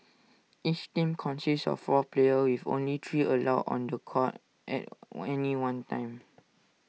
each team consists of four players with only three allowed on The Court at any one time